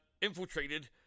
infiltrated